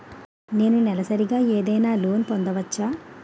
నేను నెలసరిగా ఏదైనా లోన్ పొందవచ్చా?